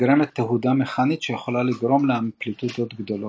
נגרמת תהודה מכנית שיכולה לגרום לאמפליטודות גדולות.